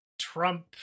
Trump